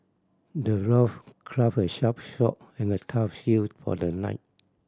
the dwarf crafted a sharp sword and a tough shield for the knight